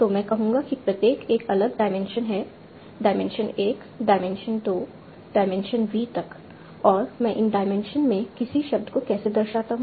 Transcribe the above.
तो मैं कहूँगा कि प्रत्येक एक अलग डायमेंशन है डायमेंशन 1 डायमेंशन 2 डायमेंशन V तक और मैं इन डायमेंशन में किसी शब्द को कैसे दर्शाता हूं